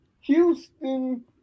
Houston